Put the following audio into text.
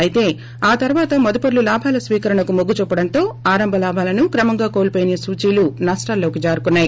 అయితే ఆ తర్వాత మదుపర్లు ్ లాభాల స్వీకరణకు మొగ్గుచూపడంతో ఆరంభ లాభాలను క్రమంగా కోల్పోయిన సూచీలు సష్టాల్లోకి జారుకున్నాయి